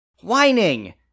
whining